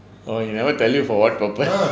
oh he never tell you for what purpose